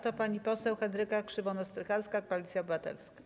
To pani poseł Henryka Krzywonos-Strycharska, Koalicja Obywatelska.